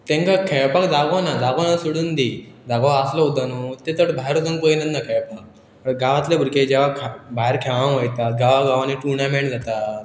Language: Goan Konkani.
तेंकां खेळपाक जागो ना जागो ना सोडून दी जागो आसलो सुद्दा न्हू तें तर भायर वचून पयनच ना खेळपाक गांवांतले भुरगे जेवा भायर खेळांक वयतात गांवा गांवांनी टुर्नामेंट जाता